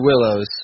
willows